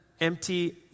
empty